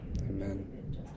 Amen